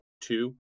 two